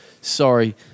Sorry